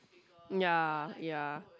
ya ya